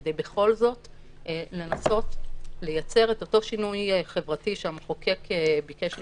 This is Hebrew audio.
כדי בכל זאת לנסות לייצר את אותו שינוי חברתי שהמחוקק ביקש לקדם,